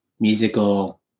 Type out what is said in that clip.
musical